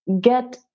get